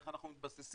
איך אנחנו מתבססים,